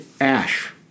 ash